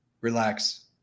relax